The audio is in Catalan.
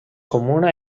comuna